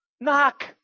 knock